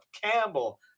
campbell